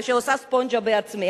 ועושה ספונג'ה בעצמי,